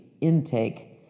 intake